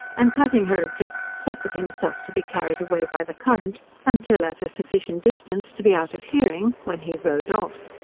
and cutting her adrift, suffered himself to be carried away by the current, until at a sufficient distance to be out of hearing, when he rowed off.